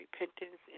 repentance